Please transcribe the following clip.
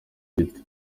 gito